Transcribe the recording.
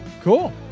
cool